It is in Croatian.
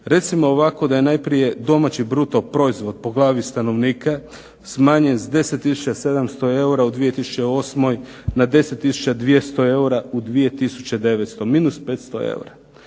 Recimo ovako da je najprije domaći bruto proizvod po glavi stanovnika smanjen sa 10 tisuća 700 eura u 2008. na 10 tisuća 200 eura u 2009. Minus 500 eura.